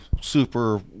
super